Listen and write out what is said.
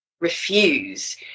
refuse